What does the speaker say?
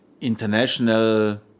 international